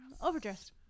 Overdressed